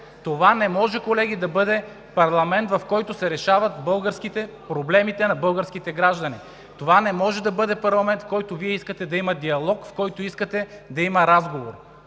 Това не може, колеги, да бъде парламент, в който се решават проблемите на българските граждани, не може да бъде парламент, в който Вие искате да има диалог, в който искате да има разговор!